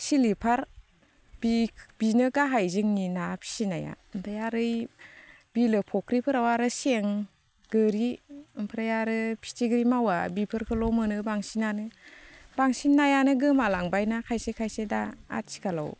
सिल्फार बेनो गाहाय जोंनि ना फिसिनाया ओमफ्राय आरो बै बिलो फुख्रिफोराव आरो सें गोरि ओमफ्राय आरो फिथिग्रि मावा बेफोरखौल' मोनो बांसिनानो बांसिन नायानो गोमालांबायना खायसे खायसे दा आथिखालाव